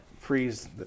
Freeze